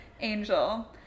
Angel